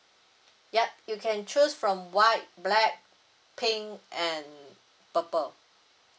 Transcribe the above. yup you can choose from white black pink and purple